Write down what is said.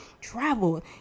travel